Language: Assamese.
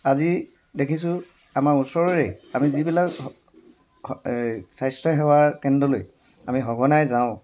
আজি দেখিছোঁ আমাৰ ওচৰৰেই আমি যিবিলাক এই স্বাস্থ্যসেৱাৰ কেন্দ্ৰলৈ আমি সঘনাই যাওঁ